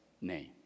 name